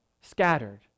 scattered